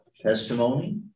Testimony